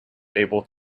able